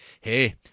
hey